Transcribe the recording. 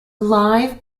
live